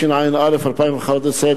התשע"א 2011,